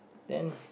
then